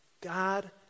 God